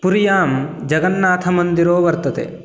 पुर्यां जगन्नाथमन्दिरो वर्तते